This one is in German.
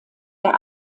der